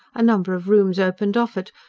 a number of rooms opened off it,